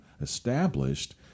established